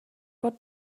what